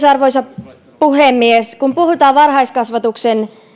arvoisa puhemies kun puhutaan varhaiskasvatuksen